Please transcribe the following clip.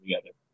together